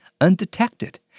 undetected